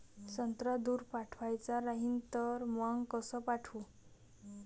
संत्रा दूर पाठवायचा राहिन तर मंग कस पाठवू?